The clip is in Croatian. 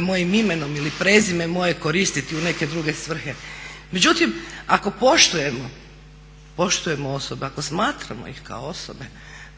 mojim imenom ili prezime moje koristiti u neke druge svrhe. Međutim, ako poštujemo osobe, ako smatramo ih kao osobe